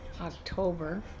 October